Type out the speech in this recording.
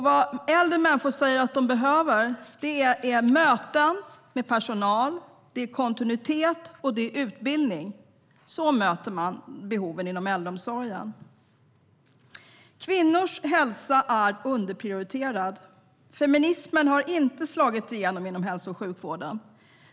Vad äldre människor säger att de behöver är möten med personal, kontinuitet och utbildning. Så möter man behoven inom äldreomsorgen. Kvinnors hälsa är underprioriterad. Feminismen har inte slagit igenom inom hälso och sjukvården.